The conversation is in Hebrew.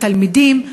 בתלמידים,